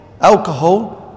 alcohol